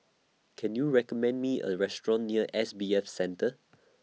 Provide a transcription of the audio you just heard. Can YOU recommend Me A Restaurant near S B F Center